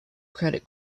credit